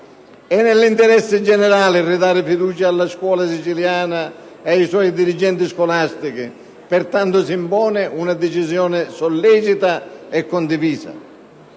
È nell'interesse generale ridare fiducia alla scuola siciliana e ai suoi dirigenti scolastici; pertanto si impone una decisione sollecita e condivisa.